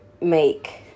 make